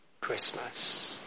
Christmas